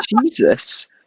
Jesus